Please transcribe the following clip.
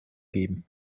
geben